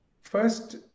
first